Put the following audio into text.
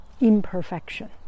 imperfection